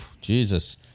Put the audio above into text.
Jesus